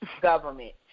government